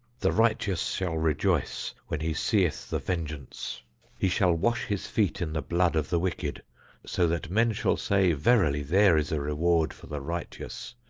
the righteous shall rejoice when he seeth the vengeance he shall wash his feet in the blood of the wicked so that men shall say, verily there is a reward for the righteous,